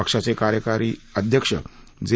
पक्षाचे कार्यकारी अध्यक्ष जे